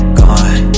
gone